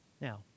Now